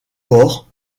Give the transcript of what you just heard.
port